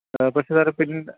ആ പക്ഷെ സാർ പിന്നെ